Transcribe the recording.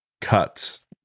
cuts